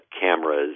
cameras